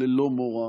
ללא מורא,